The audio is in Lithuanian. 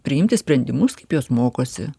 priimti sprendimus kaip jos mokosi